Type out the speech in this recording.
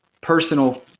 personal